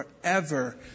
forever